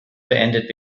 beendet